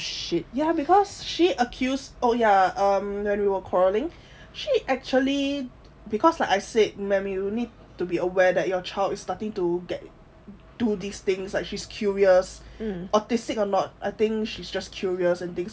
ya because she accused oh ya um when we will quarrelling she actually because like I said mam you will need to be aware that your child is starting to get to these things like she's curious autistic or not I think she's just curious and things like that